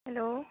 hello